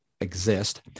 exist